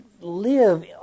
live